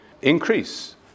increase